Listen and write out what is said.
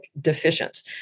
deficient